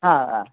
हा